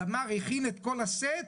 גמר הכין את כל הסט,